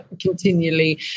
continually